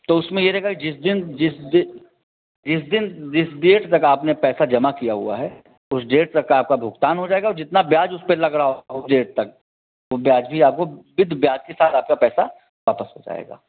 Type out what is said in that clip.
तो उसमें ये रहेगा जिस दिन जिस दिन जिस डेट तक आपने पैसा जमा किया हुआ है उस डेट तक आपका भुगतान हो जाएगा और जितना ब्याज उस पर लग रहा होगा उस डेट तक वो ब्याज भी आपको विथ ब्याज के साथ आपका पैसा वापस हो जाएगा